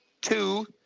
two